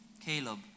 Caleb